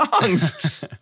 songs